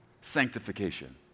sanctification